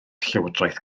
llywodraeth